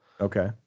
okay